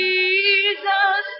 Jesus